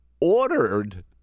ordered